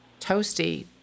toasty